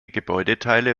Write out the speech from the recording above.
gebäudeteile